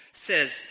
says